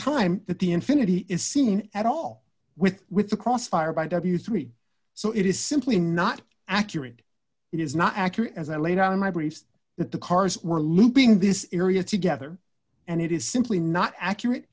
time that the infinity is seen at all with with the crossfire by w three so it is simply not accurate it is not accurate as i laid out in my briefs that the cars were looping this area together and it is simply not accurate